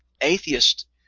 atheist